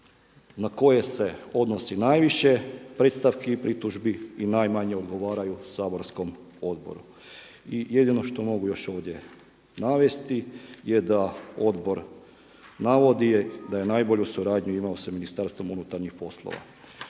na koje se odnosi najviše predstavki i pritužbi i najmanje odgovaraju saborskom odboru. I jedino što mogu još ovdje navesti je da odbor navodi da je najbolju suradnju imao sa Ministarstvom unutarnjih poslova.